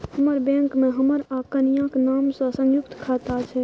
हमर बैंक मे हमर आ कनियाक नाम सँ संयुक्त खाता छै